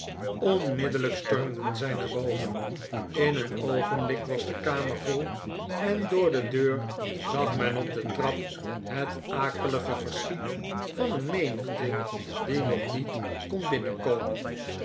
onmiddellijk stormden zij naar boven in een oogenblik was de kamer vol en door de deur zag men op de trap het akelige verschiet van een menigte die nog niet kon